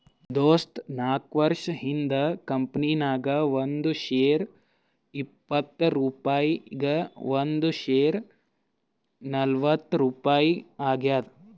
ದೋಸ್ತ ನಾಕ್ವರ್ಷ ಹಿಂದ್ ಕಂಪನಿ ನಾಗ್ ಒಂದ್ ಶೇರ್ಗ ಇಪ್ಪತ್ ರುಪಾಯಿ ಈಗ್ ಒಂದ್ ಶೇರ್ಗ ನಲ್ವತ್ ರುಪಾಯಿ ಆಗ್ಯಾದ್